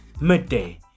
midday